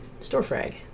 storefrag